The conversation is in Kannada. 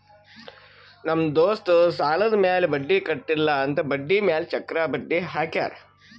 ನಮ್ ದೋಸ್ತ್ ಸಾಲಾದ್ ಮ್ಯಾಲ ಬಡ್ಡಿ ಕಟ್ಟಿಲ್ಲ ಅಂತ್ ಬಡ್ಡಿ ಮ್ಯಾಲ ಚಕ್ರ ಬಡ್ಡಿ ಹಾಕ್ಯಾರ್